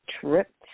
tripped